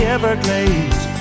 Everglades